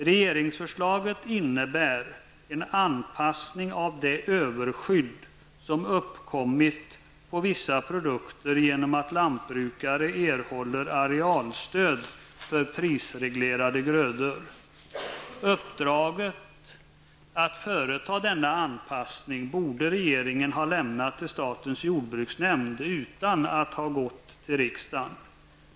Regeringsförslaget innebär en anpassning av det överskydd som uppkommit på vissa produkter genom att lantbrukare erhåller arealstöd för prisreglerade grödor. Regeringen borde ha lämnat uppdraget att företa denna anpassning till statens jordbruksnämnd utan att gå till riksdagen.